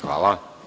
Hvala.